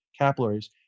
capillaries